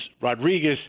Rodriguez